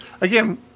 again